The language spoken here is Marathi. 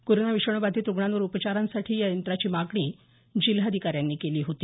कोरोना विषाणू बाधित रुग्णांवर उपचारांसाठी या यंत्रांची मागणी जिल्हाधिकाऱ्यांनी केली होती